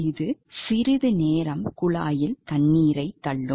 இது சிறிது நேரம் குழாயில் தண்ணீரைத் தள்ளும்